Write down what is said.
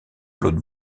claude